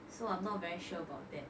so I'm not very sure about that